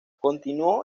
continuó